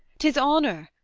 tis honour,